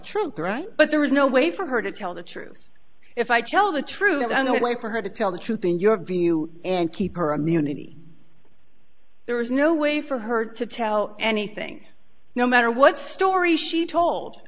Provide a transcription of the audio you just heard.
truth right but there was no way for her to tell the truth if i tell the truth the no way for her to tell the truth in your view and keep her immunity there was no way for her to tell anything no matter what story she told